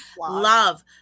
love